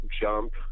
Jump